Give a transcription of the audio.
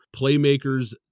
playmakers